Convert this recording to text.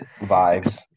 vibes